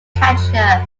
catcher